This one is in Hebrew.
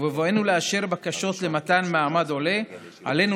ובבואנו לאשר בקשות למתן מעמד עולה עלינו